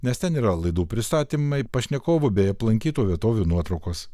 nes ten yra laidų pristatymai pašnekovų bei aplankytų vietovių nuotraukos